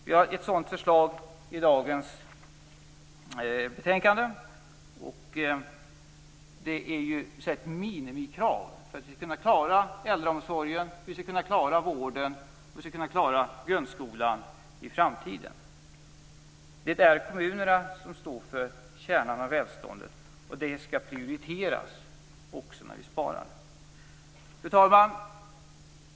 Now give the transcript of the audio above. Vi har ett sådant förslag i dagens betänkande. Det är ett minimikrav för att vi skall kunna klara äldreomsorgen, vården och grundskolan i framtiden. Det är kommunerna som står för kärnan i välståndet, och den skall prioriteras - också när vi sparar. Fru talman!